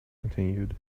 continued